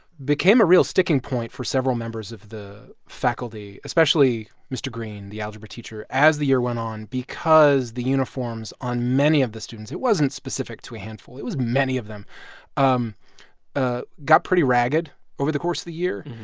a real sticking point for several members of the faculty especially mr. greene, the algebra teacher as the year went on because the uniforms on many of the students it wasn't specific to a handful, it was many of them um ah got pretty ragged over the course of the year.